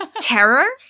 terror